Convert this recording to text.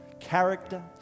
character